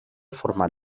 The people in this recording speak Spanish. formal